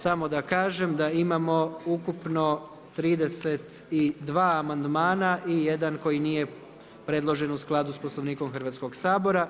Samo da kažem, da imamo ukupno 32 amandmana i 1 koji nije predložen u skladu sa Poslovnikom Hrvatskoga sabora.